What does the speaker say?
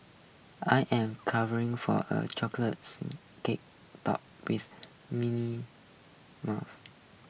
I am craving for a Chocolate Sponge Cake Topped with Mint Mousse